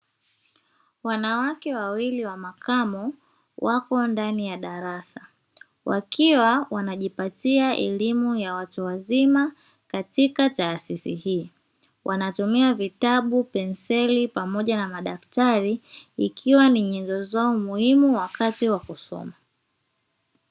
Wanawake wawili wa makamo wako ndani ya darasa wakiwa wanajipatia elimu ya watu wazima katika taasisi hii, wanatumia vitabu penseli pamoja na madaftari ikiwa ni nyenzo zao muhimu wakati wa kusoma.